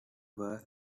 were